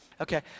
Okay